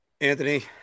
Anthony